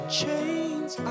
chains